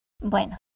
Bueno